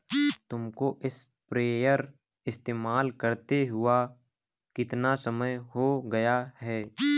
तुमको स्प्रेयर इस्तेमाल करते हुआ कितना समय हो गया है?